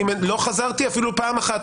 לא חזרתי אפילו פעם אחת.